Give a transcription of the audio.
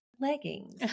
leggings